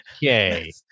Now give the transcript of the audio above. yay